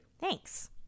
Thanks